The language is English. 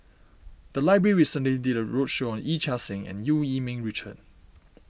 the library recently did a roadshow on Yee Chia Hsing and Eu Yee Ming Richard